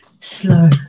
slow